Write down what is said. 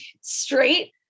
straight